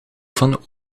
van